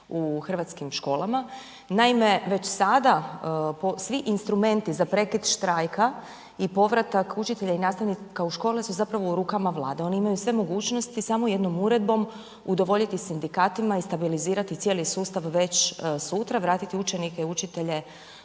u hrvatskim školama. Naime, već sada svi instrumenti za prekid štrajka i povratka učitelja i nastavnika u škole su zapravo u rukama Vlade, oni imaju sve mogućnosti samo jednom uredbom udovoljiti sindikatima i stabilizirati cijeli sustav već sutra, vratiti učenike i učitelje